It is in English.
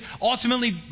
ultimately